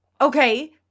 okay